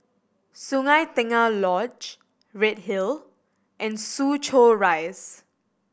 Sungei Tengah Lodge Redhill and Soo Chow Rise